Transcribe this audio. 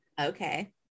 Okay